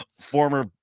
former